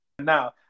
now